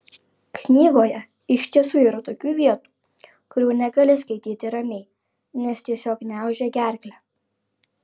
knygoje iš tiesų yra tokių vietų kurių negali skaityti ramiai nes tiesiog gniaužia gerklę